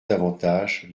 davantage